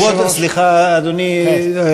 כבוד היושב-ראש, סליחה, אדוני.